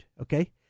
okay